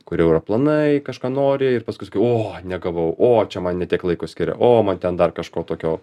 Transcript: kur jau yra planai kažką nori ir paskui o negavau o čia man ne tiek laiko skiria o man ten dar kažko tokio